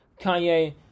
Kanye